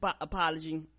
apology